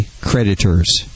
creditors